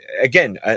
again